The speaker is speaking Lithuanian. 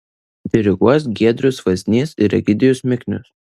diriguos giedrius vaznys ir egidijus miknius